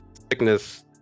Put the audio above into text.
sickness